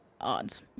Odds